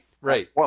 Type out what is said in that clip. right